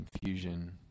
confusion